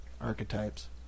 archetypes